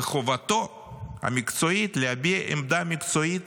וחובתו המקצועית היא להביע עמדה מקצועית